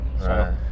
Right